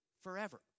forever